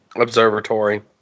observatory